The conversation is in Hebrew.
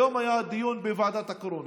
היום היה דיון בוועדת הקורונה,